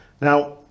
Now